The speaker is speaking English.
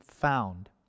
found